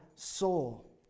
soul